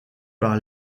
par